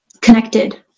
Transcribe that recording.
connected